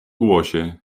głosie